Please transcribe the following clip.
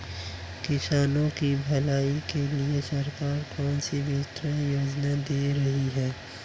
किसानों की भलाई के लिए सरकार कौनसी वित्तीय योजना दे रही है?